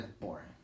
boring